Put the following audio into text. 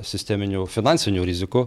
sisteminių finansinių rizikų